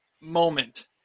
moment